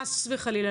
חס וחלילה,